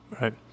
right